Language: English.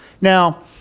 Now